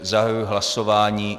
Zahajuji hlasování.